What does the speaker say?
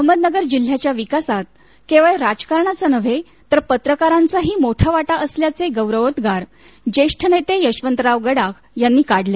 अहमदनगर जिल्ह्याच्या विकासात केवळ राजकारणाचा नव्हे तर पत्रकारांचाही मोठा वाटा असल्याचे गौरवोद्गार ज्येष्ठ नेते यशवंतराव गडाख यांनी व्यक्त केली